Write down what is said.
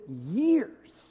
years